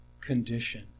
condition